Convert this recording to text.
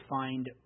find